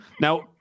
Now